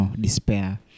despair